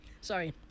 Sorry